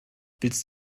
willst